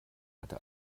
hatte